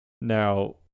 Now